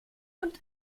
und